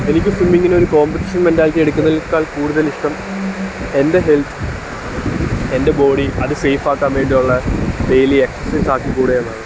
എനിക്ക് സ്വിമ്മിങ്ങിനൊരു competition mentality എടുക്കുന്നതിനേക്കാൾ കൂടുതലിഷ്ടം എൻ്റെ ഹെൽത്ത് എൻ്റെ ബോഡി അത് സെയിഫാക്കാൻ വേണ്ടി ഉള്ള ഡെയിലി എക്സർസൈസാക്കി കൂടെ എന്നാണ്